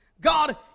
God